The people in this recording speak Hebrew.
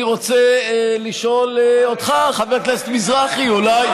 אני רוצה לשאול אותך, חבר הכנסת מזרחי, אולי,